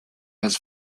has